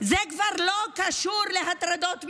זה כבר לא קשור להטרדות מיניות,